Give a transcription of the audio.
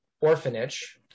orphanage